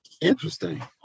Interesting